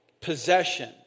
possession